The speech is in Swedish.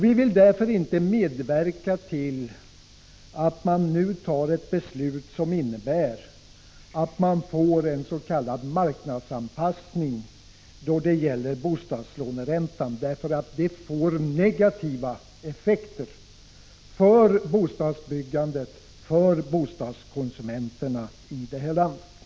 Vi vill därför inte medverka till att riksdagen nu fattar ett beslut som innebär att man får en s.k. marknadsanpassning då det gäller bostadslåneräntan. Det får nämligen negativa effekter för bostadsbyggandet och för bostadskonsumenterna i det här landet.